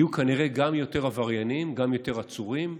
יהיו כנראה גם יותר עבריינים, גם יותר עצורים,